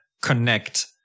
connect